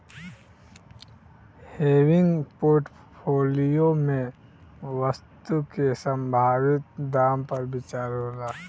हेविंग portfolio में वस्तु के संभावित दाम पर विचार होला